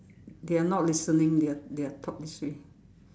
they are not listening they are they are taught this way